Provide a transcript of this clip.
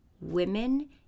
Women